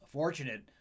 fortunate